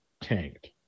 tanked